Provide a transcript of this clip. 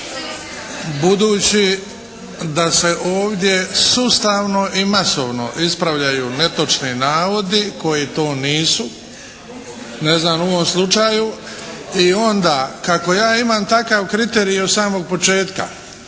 Budući da se ovdje sustavno i masovno ispravljaju netočni navodi koji to nisu, …/Zbog najave, govornik se ne razumije./… slučaju i onda kako ja imam takav kriterij od samog početka